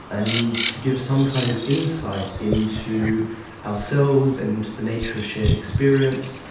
and to give some kind of insight into ourselves and the nature of shared experience,